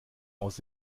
aus